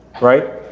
right